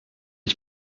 ich